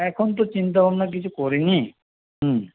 এখন তো চিন্তা ভাবনা কিছু করিনি হুম